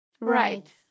Right